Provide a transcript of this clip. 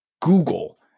Google